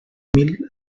mil